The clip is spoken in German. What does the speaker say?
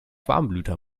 warmblüter